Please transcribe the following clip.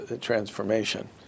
transformation